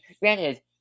granted